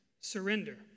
surrender